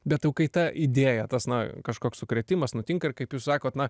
bet o kai ta idėja tas na kažkoks sukrėtimas nutinka ir kaip jūs sakot na